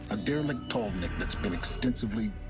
a derelict tallneck that's been extensively.